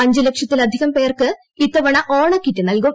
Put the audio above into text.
അഞ്ച് ലക്ഷത്തിലധികം പേർക്ക് ഇത്തവണ ഓണക്കിറ്റ് നൽകും